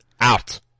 out